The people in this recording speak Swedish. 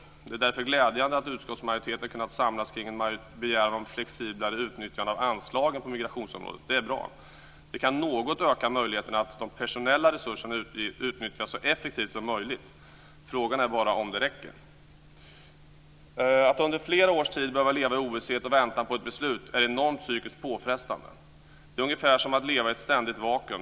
Det är därför glädjande att utskottsmajoriteten har kunnat samlas kring en begäran om flexiblare utnyttjande av anslagen på migrationsområdet. Det är bra. Det kan något öka möjligheterna att de personella resurserna utnyttjas så effektivt som möjligt. Frågan är bara om det räcker. Att under flera års tid behöva leva i ovisshet och vänta på ett beslut är enormt psykiskt påfrestande. Det är ungefär som att leva i ett ständigt vakuum.